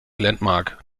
landmark